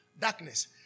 Darkness